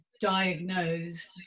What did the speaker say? diagnosed